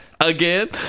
again